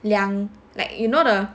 两 like you know the